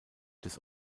des